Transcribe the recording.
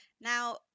Now